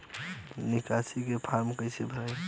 निकासी के फार्म कईसे भराई?